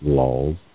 laws